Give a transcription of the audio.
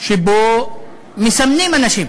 שבו מסמנים אנשים